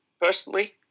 Personally